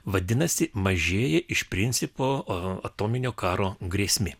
vadinasi mažėja iš principo atominio karo grėsmė